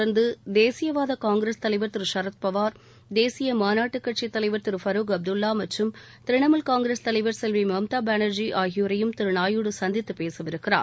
தொடர்ந்து தேசியவாத காங்கிரஸ் திரு ராகுலைத் கலைர் திரு ஷரத்பவார் தேசிய மாநாட்டுக் கட்சித் தலைவர் திரு பருக் அப்துல்லா மற்றும் திரிணாமூல் காங்கிரஸ் தலைவர் செல்வி மம்தா பானர்ஜி ஆகியோரையும் திரு நாயுடு சந்தித்துப் பேச இருக்கிறார்